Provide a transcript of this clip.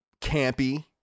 campy